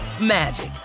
magic